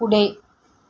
पुढे